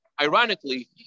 ironically